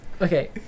Okay